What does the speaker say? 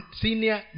senior